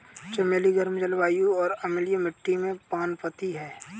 चमेली गर्म जलवायु और अम्लीय मिट्टी में पनपती है